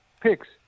Picks